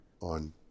on